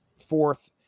fourth